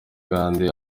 kandi